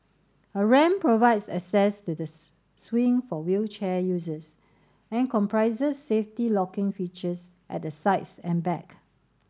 a ramp provides access to the swing for wheelchair users and comprises safety locking features at the sides and back